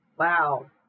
Wow